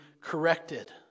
corrected